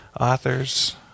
authors